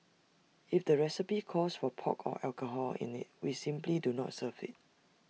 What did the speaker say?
if the recipe calls for pork or alcohol in IT we simply do not serve IT